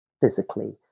physically